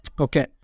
Okay